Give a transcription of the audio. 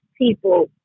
people